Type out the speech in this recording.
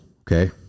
Okay